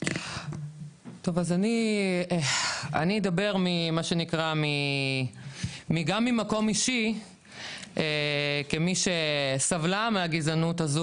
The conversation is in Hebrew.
אני אדבר גם ממקום אישי כמי שסבלה מהגזענות הזו